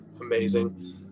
amazing